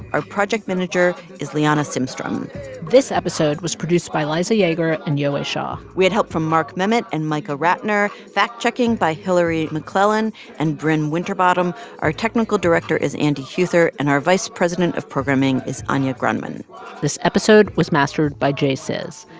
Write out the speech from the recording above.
our project manager is liana simstrom this episode was produced by liza yeager and yowei shaw we had help from mark memmott and micah ratner, fact-checking by hillary mcclellan and brin winterbottom. our technical director is andy huether, and our vice president of programming is anya grundmann this episode was mastered by j. czys.